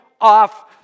off